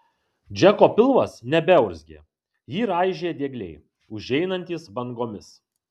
džeko pilvas nebeurzgė jį raižė diegliai užeinantys bangomis